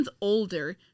older